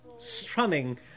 strumming